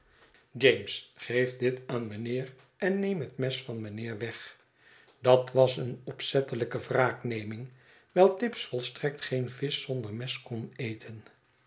james geef dit aan meneer en neem het mes van meneer weg dat was een opzettelijke wraakneming wiji tibbs volstrekt geen visch zonder mes kon eten